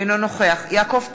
אינו נוכח יעקב פרי,